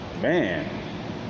man